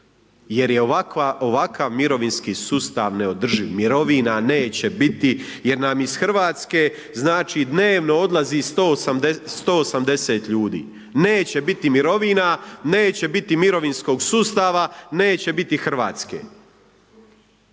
jer je ovakav mirovinski sustav neodrživ. Mirovina neće biti jer nam iz Hrvatske znači dnevno odlazi 180 ljudi, neće biti mirovina, neće biti mirovinskog sustava, neće biti Hrvatske.